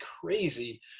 crazy